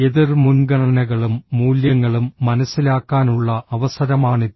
എതിർ മുൻഗണനകളും മൂല്യങ്ങളും മനസിലാക്കാനുള്ള അവസരമാണിത്